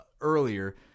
earlier